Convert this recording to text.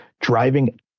driving